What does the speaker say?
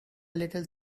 little